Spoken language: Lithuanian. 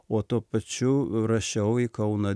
o tuo pačiu rašiau į kauną